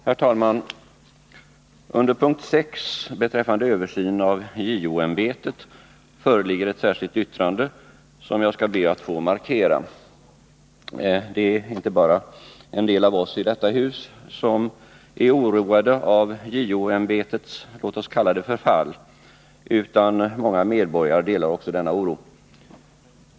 Herr talman! Under p. 6 i betänkandet beträffande översyn av JO-ämbetet föreligger ett särskilt yttrande som jag skall be att få markera. Det är inte bara en del av oss i detta hus som är oroade av JO-ämbetets låt oss kalla det för fall, utan många medborgare delar denna oro.